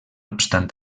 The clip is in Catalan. obstant